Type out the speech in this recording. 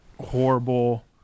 horrible